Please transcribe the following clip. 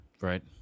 Right